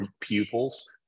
pupils